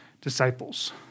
disciples